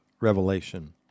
Revelation